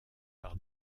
par